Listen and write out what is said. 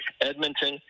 Edmonton